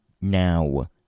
Now